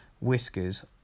whiskers